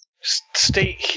Stay